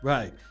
Right